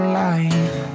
life